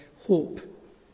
hope